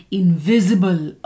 invisible